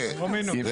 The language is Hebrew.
לא מינוס משהו.